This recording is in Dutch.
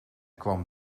kwam